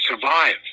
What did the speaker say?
survive